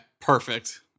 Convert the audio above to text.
Perfect